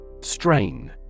Strain